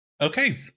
Okay